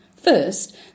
First